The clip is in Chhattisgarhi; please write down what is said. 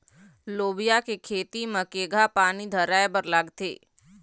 लोबिया के खेती म केघा पानी धराएबर लागथे?